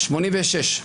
86',